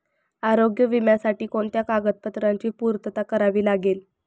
आरोग्य विम्यासाठी कोणत्या कागदपत्रांची पूर्तता करावी लागते?